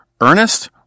Ernest